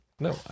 No